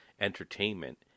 entertainment